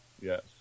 Yes